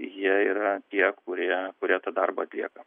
jie yra tie kurie kurie tą darbą atlieka